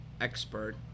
expert